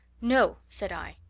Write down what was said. no! said i.